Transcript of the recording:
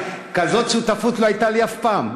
כזאת שותפות לא הייתה לי אף פעם,